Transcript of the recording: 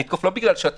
אני אתקוף לא בגללכם.